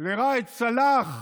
לראאד סלאח,